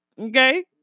okay